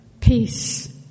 Peace